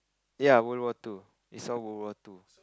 ya World War Two it's all World War Two